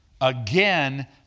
Again